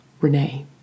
Renee